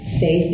say